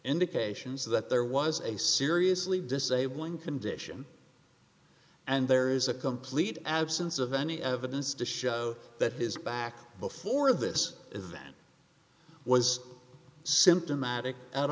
indications that there was a seriously disabling condition and there is a complete absence of any evidence to show that his back before this event was symptomatic